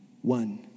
One